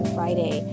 Friday